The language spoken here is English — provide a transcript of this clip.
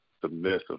submissive